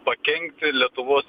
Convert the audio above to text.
pakenkti lietuvos